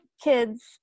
kids